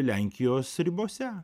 lenkijos ribose